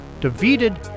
defeated